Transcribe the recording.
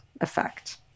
effect